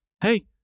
hey